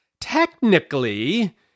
technically